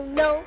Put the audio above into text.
no